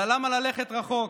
אבל למה ללכת רחוק?